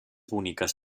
boniques